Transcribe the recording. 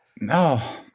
No